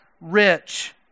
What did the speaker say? rich